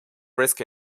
risk